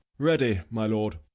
ready, my lord.